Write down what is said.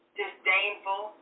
disdainful